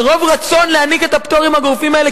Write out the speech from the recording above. מרוב רצון להעניק את הפטורים הגורפים האלה,